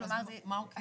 אז מה הוא כן?